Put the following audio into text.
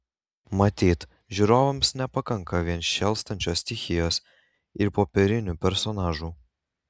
matyt žiūrovams nepakanka vien šėlstančios stichijos ir popierinių personažų